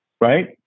right